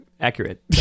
accurate